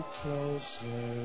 closer